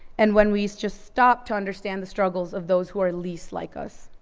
and when we just stop to understand the struggles of those who are least like us.